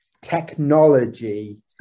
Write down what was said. technology